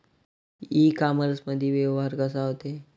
इ कामर्समंदी व्यवहार कसा होते?